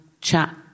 chat